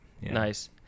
Nice